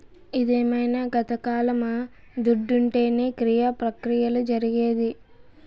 ఇదేమైన గతకాలమా దుడ్డుంటేనే క్రియ ప్రక్రియలు జరిగేది